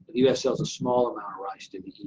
the u s. sells a small amount of rice to the eu,